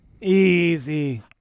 easy